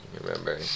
remember